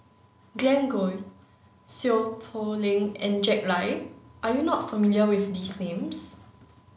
Glen Goei Seow Poh Leng and Jack Lai are you not familiar with these names